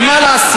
אבל מה לעשות,